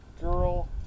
girl